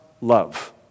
love